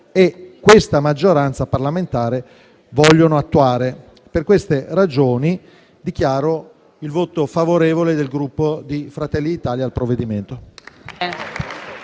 e questa maggioranza parlamentare vogliono attuare. Per queste ragioni, dichiaro il voto favorevole del Gruppo Fratelli d'Italia sul provvedimento.